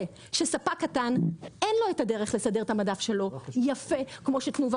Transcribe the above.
שלספק הקטן אין דרך לסדר את המדף שלו יפה כמו שתנובה